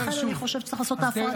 לכן אני חושבת שצריך לעשות את ההפרדה.